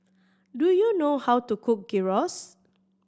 do you know how to cook Gyros